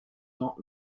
not